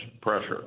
pressure